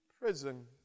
prison